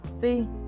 See